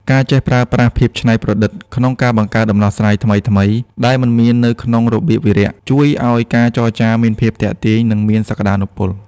ការចេះប្រើប្រាស់ "ភាពច្នៃប្រឌិត" ក្នុងការបង្កើតដំណោះស្រាយថ្មីៗដែលមិនមាននៅក្នុងរបៀបវារៈ ជួយឱ្យការចរចាមានភាពទាក់ទាញ និងមានសក្ដានុពល។